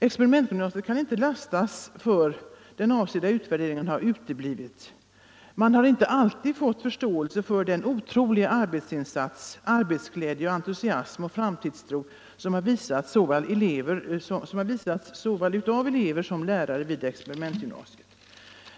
Experimentgymnasiet kan inte lastas för att den avsedda utvärderingen uteblivit. Man har inte alltid fått förståelse för den otroliga arbetsinsats, arbetsglädje, entusiasm och framtidstro som visats av såväl elever som lärare vid experimentgymnasiet.